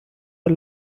the